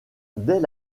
dès